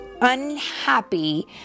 unhappy